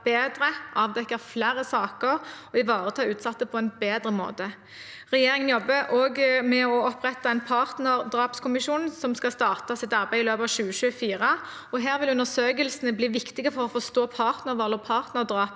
avdekke flere saker og ivareta utsatte på en bedre måte. Regjeringen jobber også med å opprette en partnerdrapskommisjon, som skal starte sitt arbeid i løpet av 2024. Her vil undersøkelsene bli viktige for å forstå partnervold og partnerdrap